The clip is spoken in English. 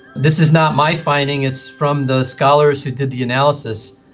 this is not my finding, it's from the scholars who did the analysis.